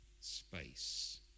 space